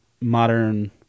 Modern